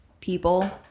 people